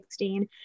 2016